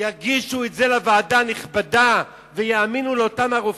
יגישו את זה לוועדה הנכבדה ויאמינו להם?